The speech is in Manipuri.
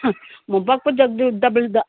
ꯃꯣꯝꯄꯥꯛ ꯐꯤꯗꯛꯇꯨ ꯗꯕꯜꯗ